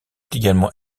également